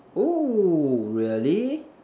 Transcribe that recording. oh really